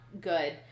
good